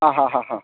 ꯑꯥ ꯍꯥ ꯍꯥ ꯍꯥ